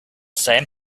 same